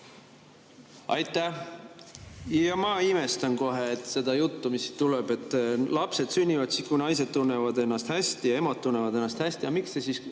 Aitäh! Ma imestan seda juttu, mis tuleb, et lapsed sünnivad siis, kui naised tunnevad ennast hästi ja emad tunnevad ennast hästi. Aga miks te siis